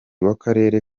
w’akarere